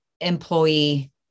employee